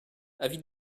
avis